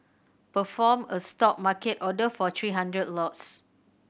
perform a Stop market order for three hundred lots